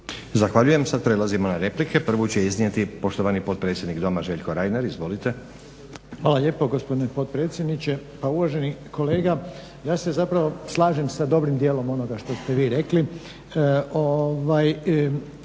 Zahvaljujem. Sad prelazimo na repliku. Prvu će iznijeti poštovani potpredsjednik doma Željko Reiner. Izvolite **Reiner, Željko (HDZ)** Hvala lijepo gospodine potpredsjedniče. Pa uvaženi kolega, ja se zapravo slažem sa dobrim djelom onoga što ste vi rekli.